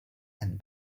and